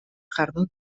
jardun